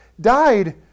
died